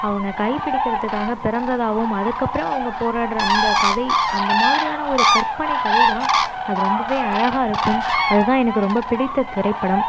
அவங்க கை பிடிக்கிறதுக்காக பிறந்ததாகவும் அதுக்கப்றம் அவங்க போராடுற அந்த கதை அந்த மாதிரியான ஒரு கற்பனை கதைதான் அது ரொம்பவே அழகாக இருக்கும் அதுதான் எனக்கு ரொம்ப பிடித்த திரைப்படம்